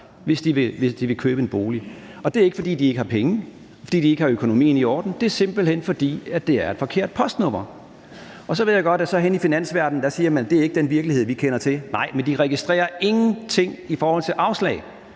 hvis de vil købe en bolig. Og det er ikke, fordi de ikke har penge, fordi de ikke har økonomien i orden; det er, simpelt hen fordi det er et forkert postnummer. Og så ved jeg godt, at man henne i finansverdenen siger, det ikke er den virkelighed, man kender til. Nej, men de registrerer ingenting i forhold til afslag,